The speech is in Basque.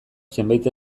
zenbait